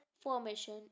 formation